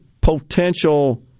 potential